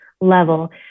level